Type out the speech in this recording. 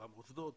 במוסדות,